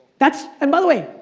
that's, and by the way,